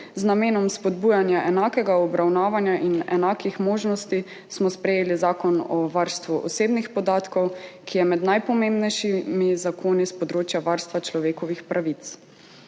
Z namenom spodbujanja enakega obravnavanja in enakih možnosti smo sprejeli Zakon o varstvu osebnih podatkov, ki je med najpomembnejšimi zakoni s področja varstva človekovih pravic.